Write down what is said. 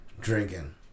Drinking